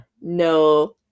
No